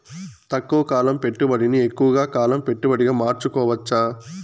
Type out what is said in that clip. తక్కువ కాలం పెట్టుబడిని ఎక్కువగా కాలం పెట్టుబడిగా మార్చుకోవచ్చా?